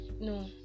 no